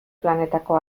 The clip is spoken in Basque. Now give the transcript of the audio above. planetako